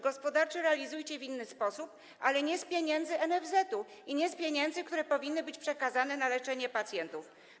Gospodarczy realizujcie w inny sposób, ale nie z pieniędzy NFZ-u i nie z pieniędzy, które powinny być przekazane na leczenie pacjentów.